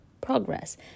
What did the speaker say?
progress